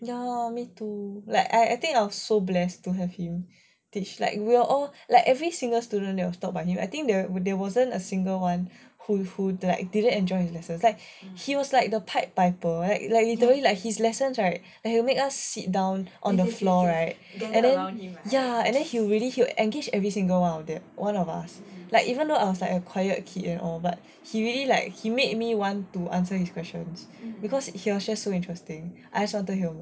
ya lor me too like I think I was so blessed to have him teach like we're all like every single student that was taught by him I think there will there wasn't a single [one] who like didn't enjoy his lessons like he was like the pied piper like literally like his lessons right like he will make us sit down on the floor right and then ya and then he really he will engage every single one of them one of us like even though I was like a quiet kid and all but he really like he made me want to answer his questions because he was just so interesting I just wanted to hear more